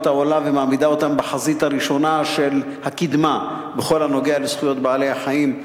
העולם ומעמידה אותה בחזית הראשונה של הקִדמה בכל הנוגע לזכויות בעלי-החיים.